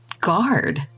guard